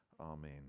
Amen